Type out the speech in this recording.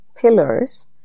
pillars